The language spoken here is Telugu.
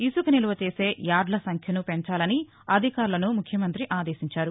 ఇసుక నిలువచేసే యార్డుల సంఖ్యను పెంచాలని అధికారులను ముఖ్యమంత్రి ఆదేశించారు